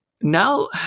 Now